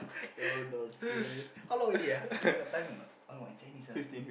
no nonsense how long already ah got time or not !alamak! in Chinese ah